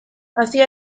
asia